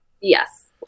Yes